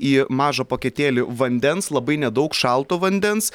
į mažą paketėlį vandens labai nedaug šalto vandens